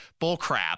bullcrap